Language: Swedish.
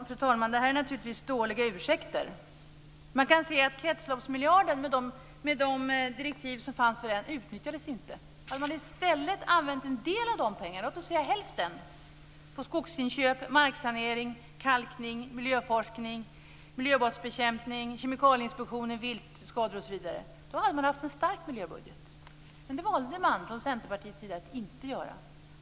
Fru talman! Detta är naturligtvis dåliga ursäkter. Man kan se att kretsloppsmiljarden, med de direktiv som fanns, inte utnyttjades. Hade man i stället använt en del av de pengarna - låt oss säga hälften - till skogsinköp, marksanering, kalkning, miljöforskning, miljöbrottsbekämpning, Kemikalieinspektionen, viltskador, osv., hade man haft en stark miljöbudget. Men det valde man från Centerpartiets sida att inte göra.